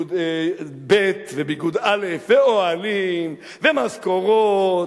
ביגוד ב' וביגוד א', ואוהלים, ומשכורות.